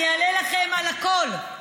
אני אענה לכם על הכול,